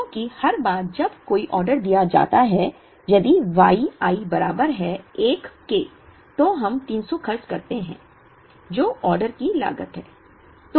क्योंकि हर बार जब कोई ऑर्डर दिया जाता है यदि Y i बराबर है 1 के तो हम 300 खर्च करते हैं जो ऑर्डर की लागत है